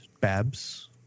Babs